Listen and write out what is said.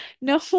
No